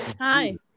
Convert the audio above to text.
Hi